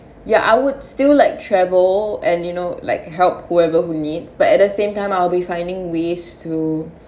ya I would still like travel and you know like help whoever who need but at the same time I'll be finding ways to